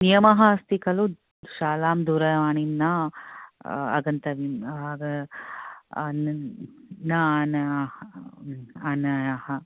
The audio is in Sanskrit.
नियमः अस्ति खलु शालायां दूरवाणीं न आगन्त आगन्तवयं न आन न आन